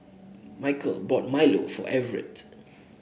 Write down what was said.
Michell bought Milo for Evert